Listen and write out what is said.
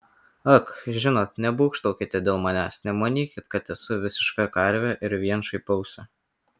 ak žinot nebūgštaukite dėl manęs nemanykit kad esu visiška karvė ir vien šaipausi